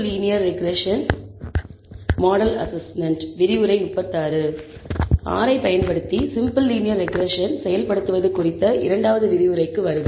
R ஐப் பயன்படுத்தி simple linear regression செயல்படுத்துவது குறித்த இரண்டாவது விரிவுரைக்கு வருக